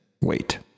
Wait